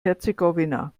herzegowina